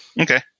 Okay